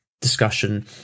discussion